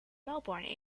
melbourne